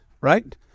right